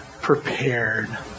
prepared